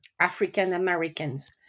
African-Americans